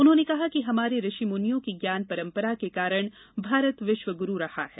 उन्होंने कहा कि हमारे ऋषि मुनियों की ज्ञान परम्परा के कारण भारत विश्व गुरू रहा है